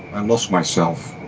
and lost myself.